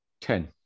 Ten